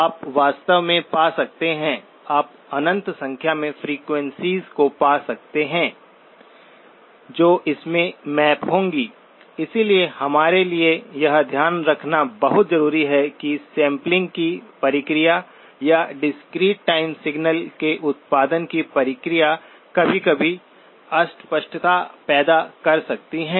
आप वास्तव में पा सकते हैं आप अनंत संख्या में फ्रेक्वेंसीएस को पा सकते हैं जो इसमें मैप होंगी इसलिए हमारे लिए यह ध्यान रखना बहुत ज़रूरी है कि सैंपलिंग की प्रक्रिया या डिस्क्रीट टाइम सिग्नल के उत्पादन की प्रक्रिया कभी कभी अस्पष्टता पैदा कर सकती है